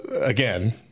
again